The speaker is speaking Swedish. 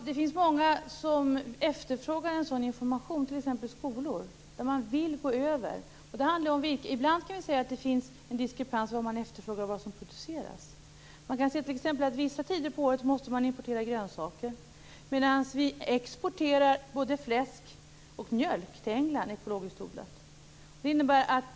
Herr talman! Många efterfrågar en sådan information, t.ex. skolor som vill gå över till kravodlade produkter. Ibland kan vi se att det finns en diskrepans mellan vad som efterfrågas och vad som produceras. Vissa tider på året måste vi t.ex. importera grönsaker, medan vi till England exporterar både ekologiskt fläsk och ekologisk mjölk.